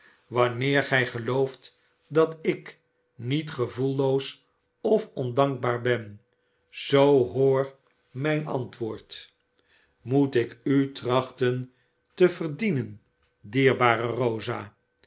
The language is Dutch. wanneer gij gelooft dat ik niet gevoelloos of ondankbaar ben zoo hoor mijn antwoord moet ik u trachten te verdienen dierbare rosa